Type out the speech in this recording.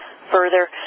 further